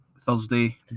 Thursday